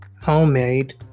homemade